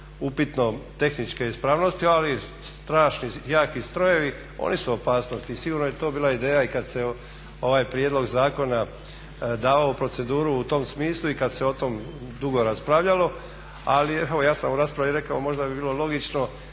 upitne tehničke ispravnosti ali jaki strojevi oni su u opasnosti i sigurno je to bila ideja i kada se ovaj prijedlog zakona u proceduru u tom smislu i kada se o tome dugo raspravljalo. Evo ja sam u raspravi rekao možda bi bilo logično